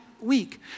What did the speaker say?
week